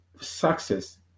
success